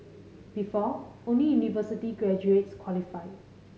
before only university graduates qualified